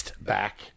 back